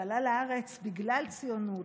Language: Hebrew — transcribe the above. שעלה לארץ בגלל ציונות,